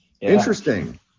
interesting